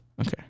Okay